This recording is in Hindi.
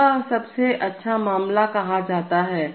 यह सबसे अच्छा मामला कहा जाता है